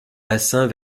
bassin